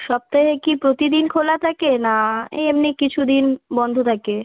সপ্তাহে কি প্রতিদিন খোলা থাকে না এই এমনি কিছু দিন বন্ধ থাকে